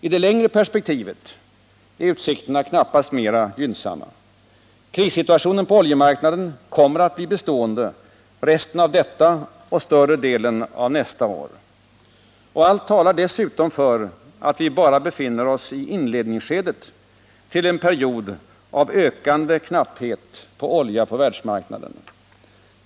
I det längre perspektivet är utsikterna knappast mer gynnsamma. Krissituationen på oljemarknaden kommer att bli bestående resten av detta och större delen av nästa år. Allt talar dessutom för att vi bara befinner oss i inledningsskedet till en period av ökande knapphet på olja på världsmarknaden.